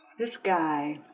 this guy